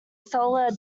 solar